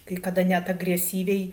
kai kada net agresyviai